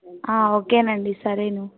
ఓకేనండి సరే